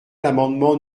l’amendement